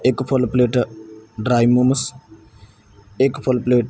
ਇੱਕ full plate dry momos ਇੱਕ full plate